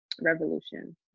Revolution